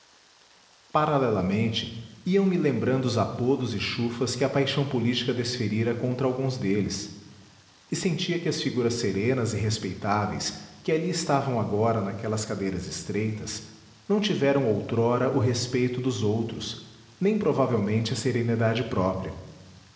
instituição paralelamente iam me lembrando os apodos e chufas que a paixão política desferira contra alguns deles e sentia que as figuras serenas e respeitáveis que ali estavam agora naquelas cadeiras estreitas não tiveram outrora o respeito dos outros nem provavelmente a serenidade própria